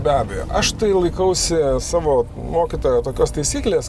be abejo aš laikausi savo mokytojo tokios taisyklės